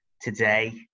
today